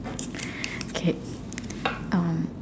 okay um